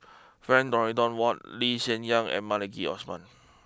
Frank Dorrington Ward Lee Hsien Yang and Maliki Osman